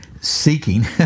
seeking